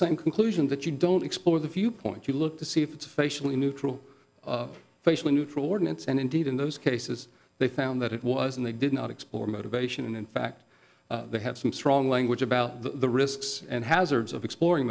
same conclusion that you don't explore the few points you look to see if it's a facially neutral facial neutral ordinance and indeed in those cases they found that it was and they did not explore motivation and in fact they have some strong language about the risks and hazards of exploring